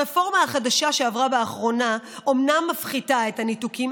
הרפורמה החדשה שעברה באחרונה אומנם מפחיתה את הניתוקים,